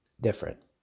different